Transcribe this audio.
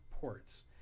ports